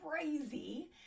crazy